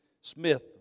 Smith